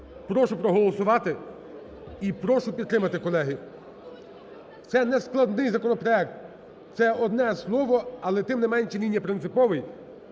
Прошу проголосувати. І прошу підтримати, колеги. Це нескладний законопроект, це одне слово, але, тим не менше, він є принциповий.